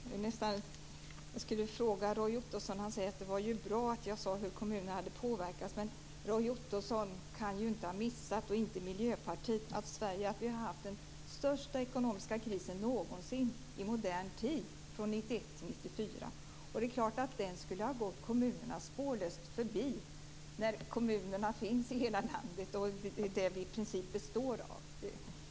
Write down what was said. Fru talman! Roy Ottosson säger att det var bra att jag talade om hur kommunerna har påverkats. Men Roy Ottosson och Miljöpartiet kan ju inte ha missat att Sverige har haft den största ekonomiska krisen någonsin i modern tid åren 1991-1994. Den har förstås inte gått kommunerna spårlöst förbi. Kommunerna finns ju i hela landet. De är vad vi i princip består av.